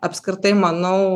apskritai manau